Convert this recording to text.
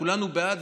כולנו בעד,